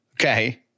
Okay